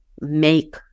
make